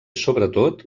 sobretot